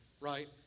right